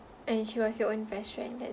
and she was your own best friend that